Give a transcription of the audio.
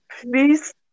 please